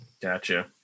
gotcha